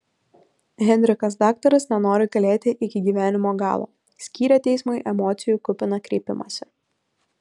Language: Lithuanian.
henrikas daktaras nenori kalėti iki gyvenimo galo skyrė teismui emocijų kupiną kreipimąsi